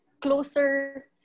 closer